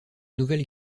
nouvelle